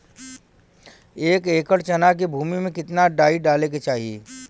एक एकड़ चना के भूमि में कितना डाई डाले के चाही?